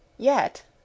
Yet